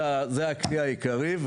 זה הכל העיקרי,